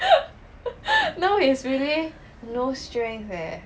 now is really no strength eh